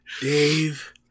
Dave